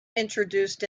introduced